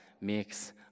makes